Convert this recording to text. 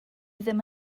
ddim